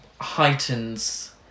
Heightens